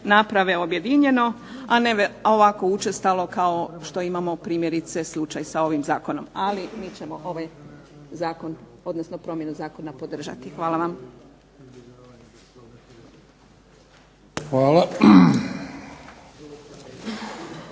naprave objedinjeno, a ne ovako učestalo kao što imamo primjerice slučaj sa ovim zakonom. Ali mi ćemo ovaj zakon, odnosno promjenu zakona podržati. Hvala vam.